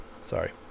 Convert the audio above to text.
sorry